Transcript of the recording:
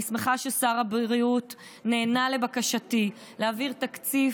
אני שמחה ששר הבריאות נענה לבקשתי להעביר תקציב